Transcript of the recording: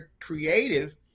creative